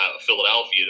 Philadelphia